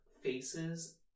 faces